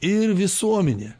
ir visuomenė